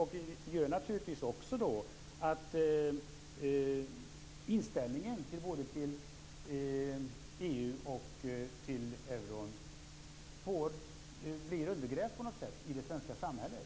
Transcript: Det gör naturligtvis också att inställningen till EU och till euron blir undergrävd på något sätt i det svenska samhället.